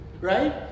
right